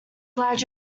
glad